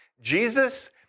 Jesus